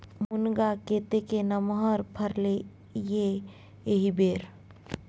मुनगा कतेक नमहर फरलै ये एहिबेर